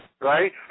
Right